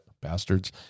bastards